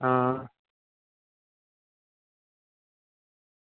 હા